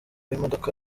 imodoka